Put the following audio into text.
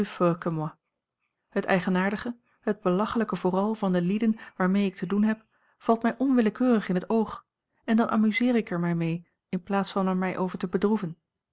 het eigenaardige het belachelijke vooral van de lieden waarmee ik te doen heb valt mij onwillekeurig in het oog en dan amuseer ik er mij mee in plaats van er mij over te bedroeven